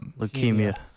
Leukemia